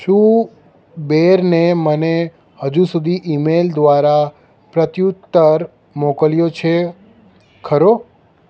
શું બેરને મને હજુ સુધી ઇમેલ દ્વારા પ્રત્યુત્તર મોકલ્યો છે ખરો